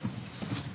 תפסיקי.